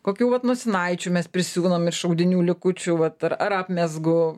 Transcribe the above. kokių vat nosinaičių mes prisiūnam iš audinių likučių vat ar ar apmezgu